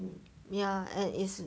ya and it's